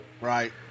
right